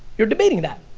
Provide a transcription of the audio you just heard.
you're debating that.